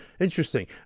interesting